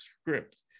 script